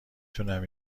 تونم